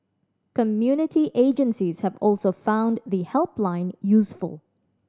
community agencies have also found the helpline useful